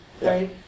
right